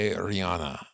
Rihanna